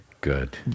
Good